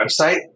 website